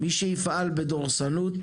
מי שיפעל בדורסנות